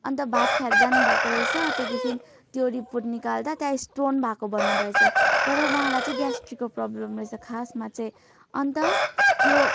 अन्त भात खाएर जानुभएको रहेछ त्यहाँदेखि त्यो रिपोर्ट निकाल्दा त्यहाँ स्टोन भएको भन्नुभएछ तर उहाँलाई ग्यास्ट्रिकको प्रब्लम रहेछ खासमा चाहिँ अन्त त्यो